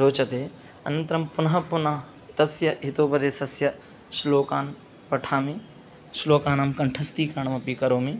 रोचते अनन्तरं पुनः पुनः तस्य हितोपदेशस्य श्लोकान् पठामि श्लोकानां कण्ठस्थीकरणमपि करोमि